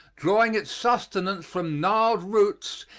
drawing its sustenance from gnarled roots,